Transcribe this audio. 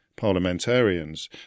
parliamentarians